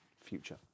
future